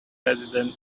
president